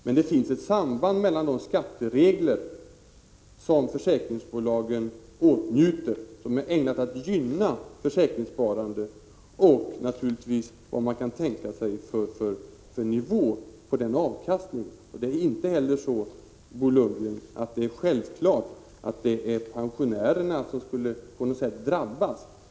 Men det finns ett samband mellan de skatteregler som försäkringsbolagen kommer i åtnjutande av och som är ägnade att gynna försäkringssparande och den nivå man kan tänka sig på avkastningen. Det är inte heller självklart, Bo Lundgren, att pensionärerna på något sätt skulle drabbas.